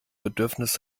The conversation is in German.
bedürfnis